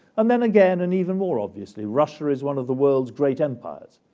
and then again, and even more obviously, russia is one of the world's great empires.